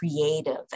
creative